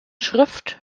schrift